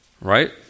right